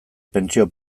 pentsio